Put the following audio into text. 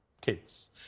kids